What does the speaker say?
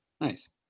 Nice